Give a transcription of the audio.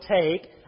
take